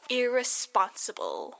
irresponsible